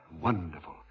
wonderful